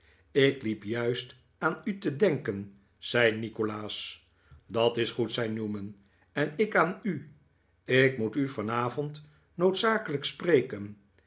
ik liep juist aan u te denken zei nikolaas dat is goed zei newman en ik aan u ik moet u vanavond noodzakelijk spreken